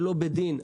שלא בדין,